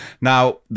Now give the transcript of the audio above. Now